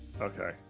Okay